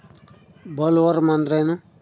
Bollworm ಅಂದ್ರೇನು?